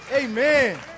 Amen